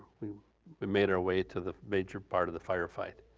we made our way to the major part of the firefight.